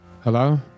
Hello